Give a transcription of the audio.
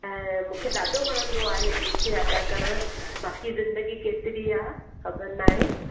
ऐं मूंखे ॾाढो वणंदो आहे तीर्थ यात्रा करणु बाक़ी ज़िंदगी केतरी आहे ख़बर न आहे